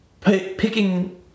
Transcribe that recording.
picking